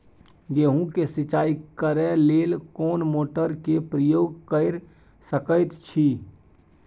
गेहूं के सिंचाई करे लेल कोन मोटर के प्रयोग कैर सकेत छी?